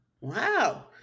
Wow